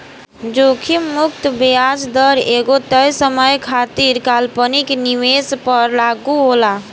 जोखिम मुक्त ब्याज दर एगो तय समय खातिर काल्पनिक निवेश पर लागू होला